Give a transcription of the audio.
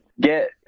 get